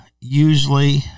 usually